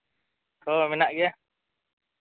ᱦᱳᱭ ᱢᱮᱱᱟᱜ ᱜᱮᱭᱟ